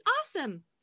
awesome